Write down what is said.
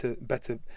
better